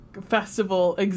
festival